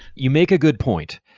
you make a good point,